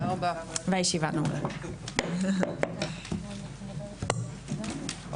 הישיבה ננעלה בשעה 10:26.